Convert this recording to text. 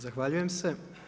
Zahvaljujem se.